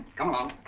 come along.